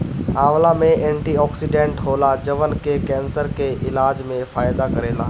आंवला में एंटीओक्सिडेंट होला जवन की केंसर के इलाज में फायदा करेला